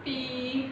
P